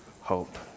hope